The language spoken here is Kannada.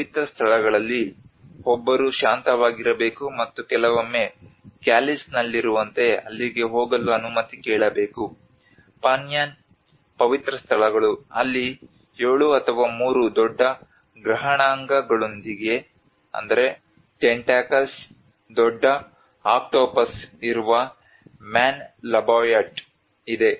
ಆದ್ದರಿಂದ ಪವಿತ್ರ ಸ್ಥಳಗಳಲ್ಲಿ ಒಬ್ಬರು ಶಾಂತವಾಗಿರಬೇಕು ಮತ್ತು ಕೆಲವೊಮ್ಮೆ ಕ್ಯಾಲಿಸ್ನಲ್ಲಿರುವಂತೆ ಅಲ್ಲಿಗೆ ಹೋಗಲು ಅನುಮತಿ ಕೇಳಬೇಕು ಪನ್ಯಾನ್ ಪವಿತ್ರ ಸ್ಥಳಗಳು ಅಲ್ಲಿ 7 ಅಥವಾ 3 ದೊಡ್ಡ ಗ್ರಹಣಾಂಗಗಳೊಂದಿಗೆ ದೊಡ್ಡ ಆಕ್ಟೋಪಸ್ ಇರುವ ಮ್ಯಾನ್ಲಾಬಯಾಟ್ ಇದೆ